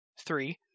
three